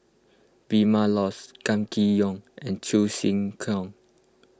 Vilma Laus Gan Kim Yong and Cheong Siew Keong